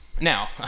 Now